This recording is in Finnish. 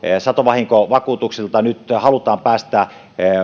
satovahinkovakuutuksien osalta nyt halutaan päästä